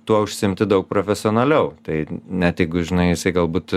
tuo užsiimti daug profesionaliau tai ne tik žinai jisai galbūt